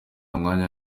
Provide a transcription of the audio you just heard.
mwanya